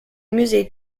musée